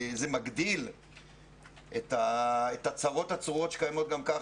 זה מגדיל את הצרות הצרורות שקיימות גם ככה